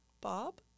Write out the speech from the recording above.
Bob